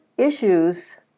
issues